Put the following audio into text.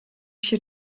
się